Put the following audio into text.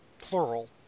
plural